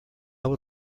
will